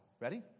Ready